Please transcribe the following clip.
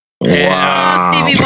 Wow